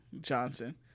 Johnson